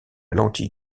lentille